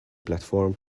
platform